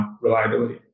reliability